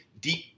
deep